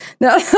no